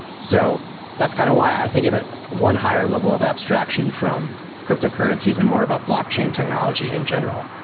so that's kind of why i think of it one higher level of abstraction from cryptocurrencies and more about blockchain technology in general.